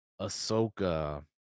Ahsoka